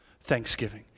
thanksgiving